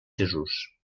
jesús